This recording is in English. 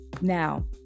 Now